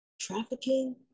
trafficking